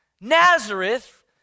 Nazareth